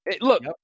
Look